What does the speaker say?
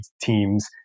teams